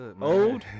Old